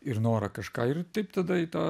ir norą kažką ir taip tada į tą